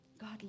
God